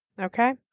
Okay